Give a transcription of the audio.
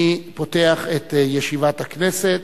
אני פותח את ישיבת הכנסת.